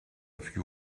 few